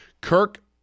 Kirk